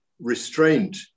restraint